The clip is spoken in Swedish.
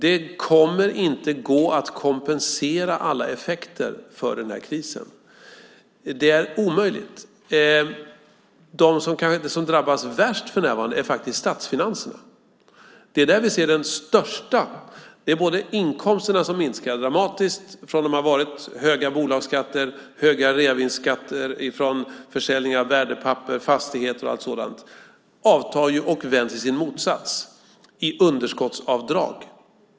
Det kommer inte att gå att kompensera för alla effekter av krisen. Det är omöjligt. Det som drabbas värst för närvarande är faktiskt statsfinanserna. Det är där vi ser den största effekten. Inkomsterna från höga bolagsskatter, höga reavinstskatter från försäljning av värdepapper, fastigheter och allt sådant minskar dramatiskt. De har avtagit och vänts till sin motsats i underskottsavdrag.